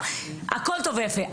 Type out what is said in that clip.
הכול טוב ויפה,